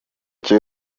cyo